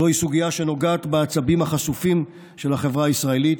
זוהי סוגיה שנוגעת בעצבים החשופים של החברה הישראלית,